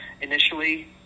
initially